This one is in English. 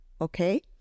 Okay